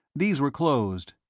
these were closed,